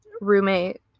roommate